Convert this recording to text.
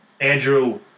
Andrew